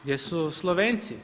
Gdje su Slovenci?